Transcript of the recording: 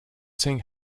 sink